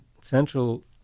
Central